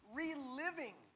reliving